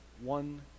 one